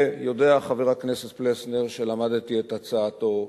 ויודע חבר הכנסת פלסנר שלמדתי את הצעתו,